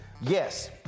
Yes